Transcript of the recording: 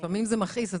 לפעמים זה מכעיס.